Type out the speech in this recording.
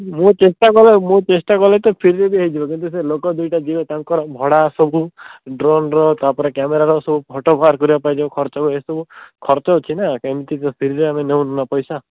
ମୁଁ ଚେଷ୍ଟା କଲେ ମୁଁ ଚେଷ୍ଟା କଲେ ତ ଫ୍ରୀରେ ବି ହେଇଯିବ କିନ୍ତୁ ସେ ଲୋକ ଦୁଇଟା ଯିବେ ତାଙ୍କର ଭଡ଼ା ସବୁ ଡ୍ରୋନ୍ର ତାପରେ କ୍ୟାମେରାର ସବୁ ଫଟୋ ବାହାର କରିବାପାଇଁ ଯେଉଁ ଖର୍ଚ୍ଚ ହବ ଏସବୁ ଖର୍ଚ୍ଚ ଅଛି ନା ଏମିତି ତ ଫ୍ରୀରେ ଆମେ ନଉନୁ ନା ପଇସା